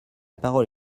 parole